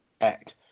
act